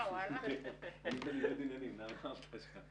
הישיבה ננעלה בשעה